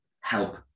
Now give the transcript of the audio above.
help